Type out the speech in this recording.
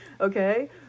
okay